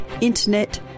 Internet